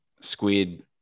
Squid